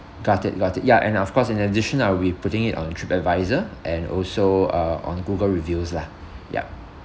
got it got it ya and of course in addition I'll be putting it on trip advisor and also uh on google reviews lah yup